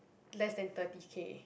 less than thirty K